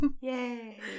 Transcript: Yay